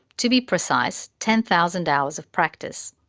to be precise, ten thousand hours of practice.